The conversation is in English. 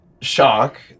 Shock